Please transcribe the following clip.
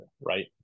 right